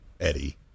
Eddie